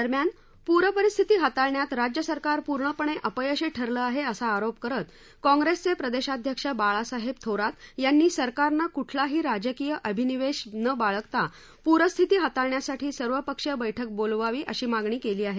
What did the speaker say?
दरम्यान पूरपरिस्थिती हाताळण्यात राज्य सरकार पूर्णपणे अपयशी ठरलं आहे असा आरोप करत काँग्रेसचे प्रदेशाध्यक्ष बाळासाहेब थोरात यांनी सरकारनं कुठलाही राजकीय अभिनिवेश न बाळगता पूरस्थिती हाताळण्यासाठी सर्वपक्षीय बैठक बोलवावी अशी मागणी केली आहे